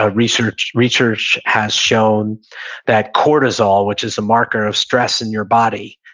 ah research research has shown that cortisol, which is a marker of stress in your body,